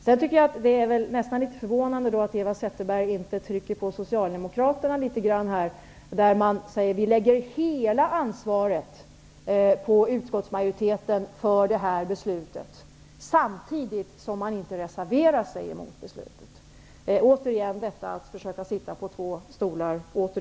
Sedan tycker jag att det är förvånande att inte Eva Zetterberg trycker på Socialdemokraterna. De säger att de lägger hela ansvaret för beslutet på majoriteten, men de reserverar sig inte mot beslutet. Återigen försöker sitta på två stolar.